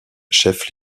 chef